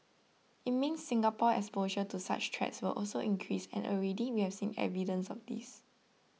it means Singapore's exposure to such threats will also increase and already we have seen evidence of this